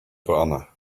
honor